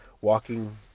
Walking